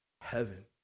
Heaven